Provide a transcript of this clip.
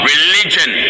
Religion